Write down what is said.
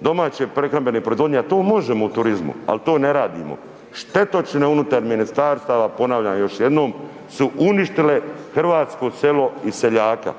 domaće prehrambene proizvodnje, a to možemo u turizmu, a to ne radimo. Štetočine unutar ministarstava, ponavljam još jednom su uništile hrvatsko selo i seljaka.